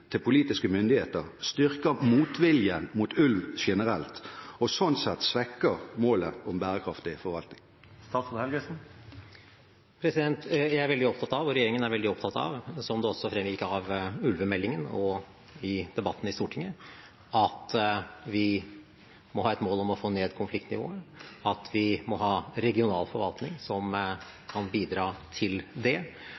til politiske myndigheter, styrker motviljen mot ulv generelt og sånn sett svekker målet om bærekraftig forvaltning? Jeg er veldig opptatt av, og regjeringen er veldig opptatt av, som det også fremgikk av ulvemeldingen og debatten i Stortinget, at vi må ha et mål om å få ned konfliktnivået, at vi må ha regional forvaltning som